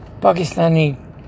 Pakistani